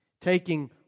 Taking